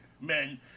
men